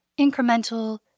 Incremental